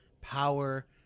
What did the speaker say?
power